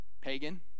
Pagan